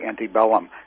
antebellum